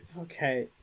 okay